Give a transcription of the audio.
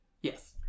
Yes